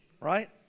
right